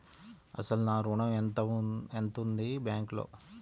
అసలు నా ఋణం ఎంతవుంది బ్యాంక్లో?